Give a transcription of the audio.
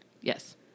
Yes